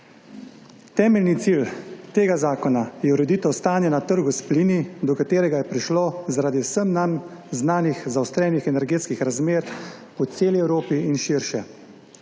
Temeljni cilj tega zakona je ureditev stanja na trgu s plini, do katerega je prišlo zaradi vsem znanih zaostrenih energetskih razmer po celi Evropi in širše.